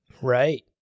Right